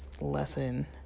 lesson